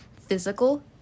physical